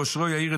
בעושרו יעיר,